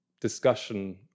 discussion